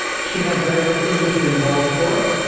she had very little interest in ball sports,